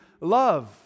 love